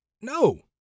no